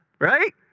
Right